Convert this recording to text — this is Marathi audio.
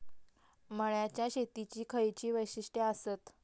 मळ्याच्या शेतीची खयची वैशिष्ठ आसत?